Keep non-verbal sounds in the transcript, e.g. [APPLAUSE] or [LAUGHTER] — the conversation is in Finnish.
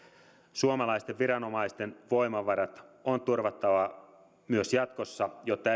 suomalaisten viranomaisten voimavarat on turvattava myös jatkossa jotta [UNINTELLIGIBLE]